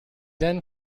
then